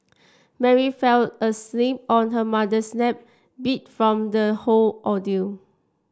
Mary fell asleep on her mother's lap beat from the whole ordeal